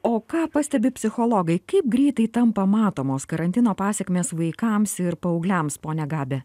o ką pastebi pcsichologai kaip greitai tampa matomos karantino pasekmės vaikams ir paaugliams pone gabe